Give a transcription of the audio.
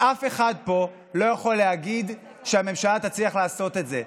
ואף אחד פה לא יכול להגיד שהממשלה תצליח לעשות את זה.